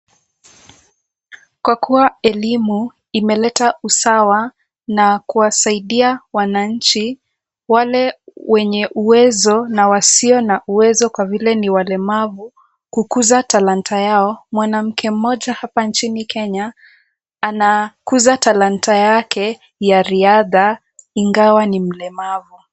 Kwa kuwa elimu imeleta usawa na kuwasaidia wananchi wale wenye uwezo na wasio na uwezo kwa vile ni walemavu kukuza talanta yao, mwanamke mmoja hapa nchini Kenya anakuza talanta yake ya riadha ingawa ni mlemavu.